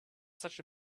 such